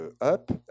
up